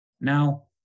Now